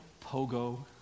Pogo